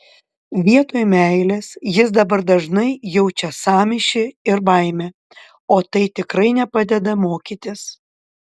vietoj meilės jis dabar dažnai jaučia sąmyšį ir baimę o tai tikrai nepadeda mokytis